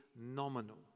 nominal